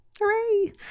hooray